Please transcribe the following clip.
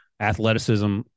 athleticism